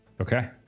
Okay